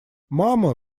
мама